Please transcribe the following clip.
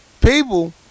People